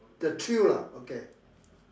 the thrill lah okay